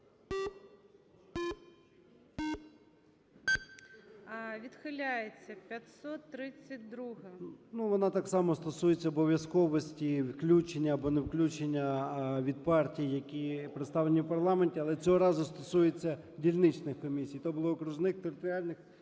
О.М. Ну, вона так само стосується обов’язковості включення або невключення від партій, які представлені в парламенті, але цього разу стосується дільничних комісій. То були окружних, територіальних,